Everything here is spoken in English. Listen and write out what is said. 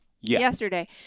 yesterday